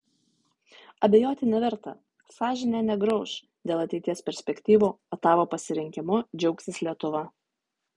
abejoti neverta sąžinė negrauš dėl ateities perspektyvų o tavo pasirinkimu džiaugsis lietuva